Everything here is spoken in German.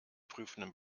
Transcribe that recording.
prüfenden